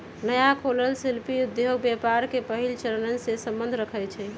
नया खोलल शिल्पि उद्योग व्यापार के पहिल चरणसे सम्बंध रखइ छै